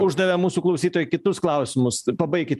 uždavė mūsų klausytojai kitus klausimus pabaikit